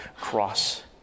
cross